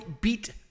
beat